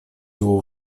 его